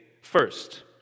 First